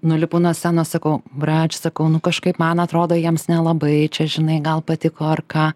nulipu nuo scenos sakau brač sakau nu kažkaip man atrodo jiems nelabai čia žinai gal patiko ar ką